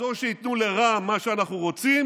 אז או שייתנו לרע"מ מה שאנחנו רוצים